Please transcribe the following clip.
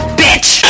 bitch